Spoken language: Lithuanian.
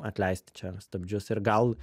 atleisti čia stabdžius ir gal